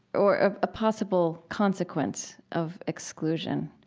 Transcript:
or a possible consequence of exclusion,